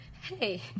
Hey